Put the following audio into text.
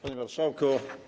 Panie Marszałku!